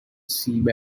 seabed